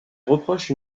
reproche